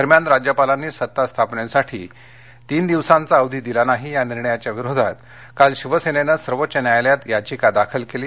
दरम्यान राज्यपालांनी सत्तास्थापनेसाठी तीन दिवसांचा अवधी दिला नाही या निर्णयाविरोधात कालशिवसेनेन सर्वोच्च न्यायालयात याचिका दाखल केली